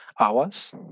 Hours